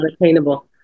attainable